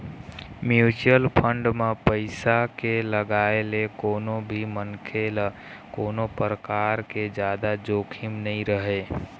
mutual fund म पइसा के लगाए ले कोनो भी मनखे ल कोनो परकार के जादा जोखिम नइ रहय